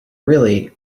really